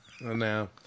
no